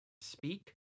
speak